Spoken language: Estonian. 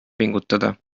pingutada